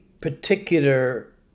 particular